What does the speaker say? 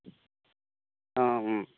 অঁ অঁ